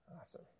awesome